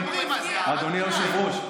אנחנו מדברים, הערת ביניים.